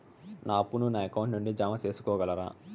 నా అప్పును నా అకౌంట్ నుండి జామ సేసుకోగలరా?